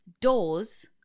doors